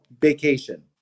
vacation